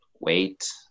wait